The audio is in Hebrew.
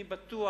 אני בטוח,